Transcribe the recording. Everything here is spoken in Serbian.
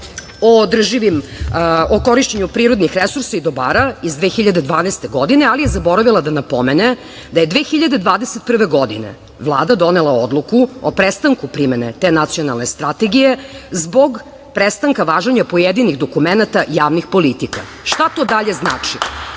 o korišćenju prirodnih resursa i dobara iz 2012. godine, ali je zaboravila da napomene da je 2021. godine Vlada donela Odluku o prestanku primene te Nacionalne strategije zbog prestanka važenja pojedinih dokumenata javnih politika. Šta to dalje znači?